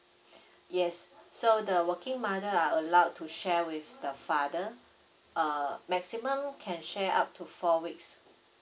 yes so the working mother are allowed to share with the father uh maximum can share up to four weeks